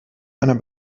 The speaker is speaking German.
einer